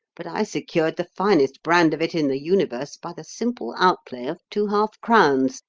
but i secured the finest brand of it in the universe by the simple outlay of two half crowns.